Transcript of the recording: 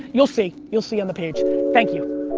you'll see, you'll see on the page. thank you.